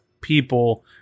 people